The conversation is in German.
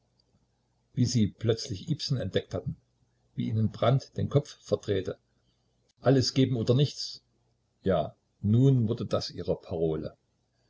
wie sie plötzlich ibsen entdeckt hatten wie ihnen brand den kopf verdrehte alles geben oder nichts ja nun wurde das ihre parole